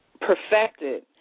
perfected